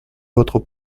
votre